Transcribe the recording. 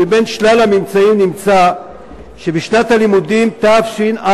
ובין שלל הממצאים נמצא שבשנת הלימודים תש"ע